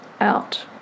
out